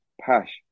Pash